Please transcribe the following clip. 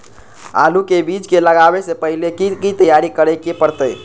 आलू के बीज के लगाबे से पहिले की की तैयारी करे के परतई?